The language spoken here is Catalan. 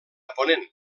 ponent